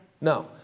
no